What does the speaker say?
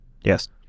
Yes